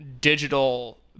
digital